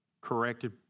corrected